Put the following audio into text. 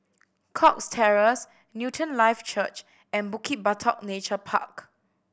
Cox Terrace Newton Life Church and Bukit Batok Nature Park